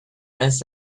miss